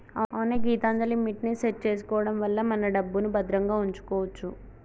అవునే గీతాంజలిమిట్ ని సెట్ చేసుకోవడం వల్ల మన డబ్బుని భద్రంగా ఉంచుకోవచ్చు